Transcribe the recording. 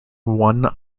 one